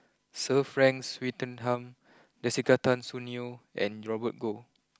Sir Frank Swettenham Jessica Tan Soon Neo and Robert Goh